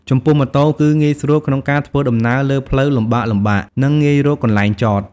ចំពោះម៉ូតូ គឺងាយស្រួលក្នុងការធ្វើដំណើរលើផ្លូវលំបាកៗ និងងាយរកកន្លែងចត។